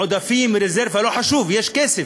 עודפים, רזרבה, לא חשוב, יש כסף,